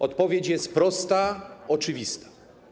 Odpowiedź jest prosta, oczywista.